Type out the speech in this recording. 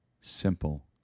simple